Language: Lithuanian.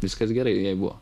viskas gerai jeigu